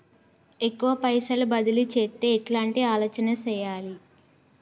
ఎక్కువ పైసలు బదిలీ చేత్తే ఎట్లాంటి ఆలోచన సేయాలి?